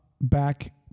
back